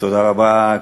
תודה רבה,